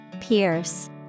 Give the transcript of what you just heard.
Pierce